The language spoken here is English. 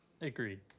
Agreed